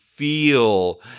Feel